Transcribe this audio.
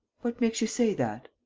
what makes you say that?